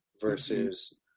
versus